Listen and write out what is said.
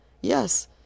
Yes